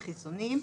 בחיסונים,